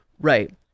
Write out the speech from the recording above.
Right